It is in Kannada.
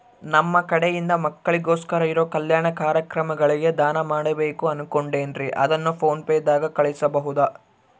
ನಮ್ಮ ಕಡೆಯಿಂದ ಮಕ್ಕಳಿಗೋಸ್ಕರ ಇರೋ ಕಲ್ಯಾಣ ಕಾರ್ಯಕ್ರಮಗಳಿಗೆ ದಾನ ಮಾಡಬೇಕು ಅನುಕೊಂಡಿನ್ರೇ ಅದನ್ನು ಪೋನ್ ಪೇ ದಾಗ ಕಳುಹಿಸಬಹುದಾ?